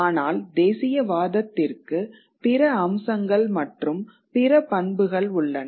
ஆனால் தேசியவாதத்திற்கு பிற அம்சங்கள் மற்றும் பிற பண்புகள் உள்ளன